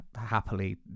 happily